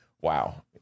wow